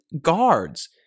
guards